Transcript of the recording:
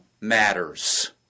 matters